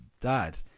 dad